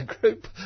group